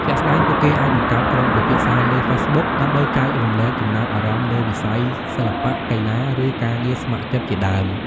ជាក់ស្ដែងពួកគេអាចបង្កើតក្រុមពិភាក្សាលើ ហ្វេសប៊ុក ដើម្បីចែករំលែកចំណាប់អារម្មណ៍លើវិស័យសិល្បៈ កីឡា ឬការងារស្ម័គ្រចិត្តជាដើម។